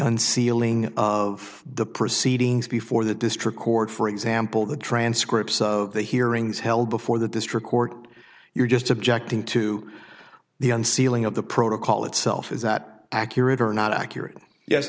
unsealing of the proceedings before the district court for example the transcripts of the hearings held before the district court you're just objecting to the unsealing of the protocol itself is that accurate or not accurate yes